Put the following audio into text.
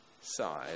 side